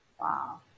Wow